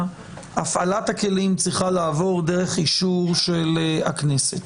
הפעלת הכלים צריכה לעבור דרך אישור של הכנסת.